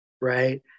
right